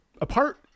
apart